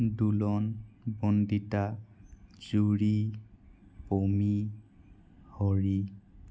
Dulan Bandita Juri Momi Hari